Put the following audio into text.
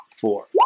four